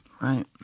Right